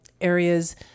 areas